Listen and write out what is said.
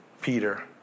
Peter